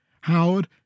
Howard